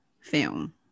film